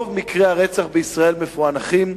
רוב מקרי הרצח בישראל מפוענחים.